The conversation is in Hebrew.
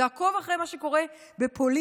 תעקוב אחרי מה שקורה בפולין.